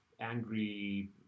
angry